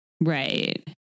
right